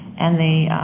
and they,